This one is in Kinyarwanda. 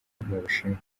bushinwa